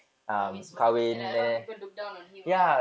kahwin semua and like a lot of people look down on him lah